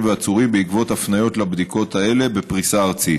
ולעצורים בעקבות הפניות לבדיקות האלה בפריסה ארצית.